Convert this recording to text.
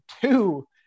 two